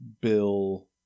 Bill